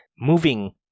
moving